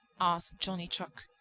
asked johnny chuck,